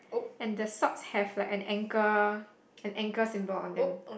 and the socks have like an ankle an ankle symbol on them